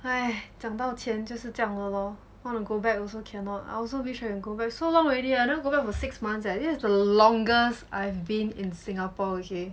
!hais! 讲到钱就是这样的 lor wanna go back also cannot I also wish I can go back so long already I never go back over six months eh this is the longest I've been in singapore okay